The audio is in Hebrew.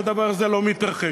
והדבר הזה לא מתרחש.